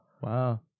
Wow